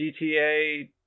GTA